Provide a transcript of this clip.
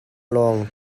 lawng